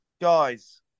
Guys